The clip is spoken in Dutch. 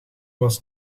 was